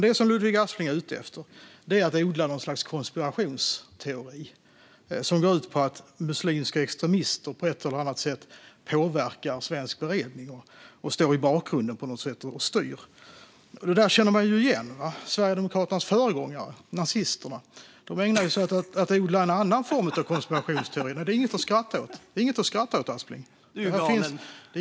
Det Ludvig Aspling är ute efter är att odla något slags konspirationsteori som går ut på att muslimska extremister på ett eller annat sätt påverkar svensk beredning och står i bakgrunden och styr. Detta känner vi igen. Sverigedemokraternas föregångare, nazisterna, ägnade sig åt att odla en annan form av konspirationsteori. Nej, det är inget att skratta åt, Ludvig Aspling.